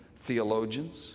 theologians